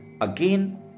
again